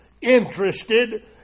interested